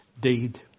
deed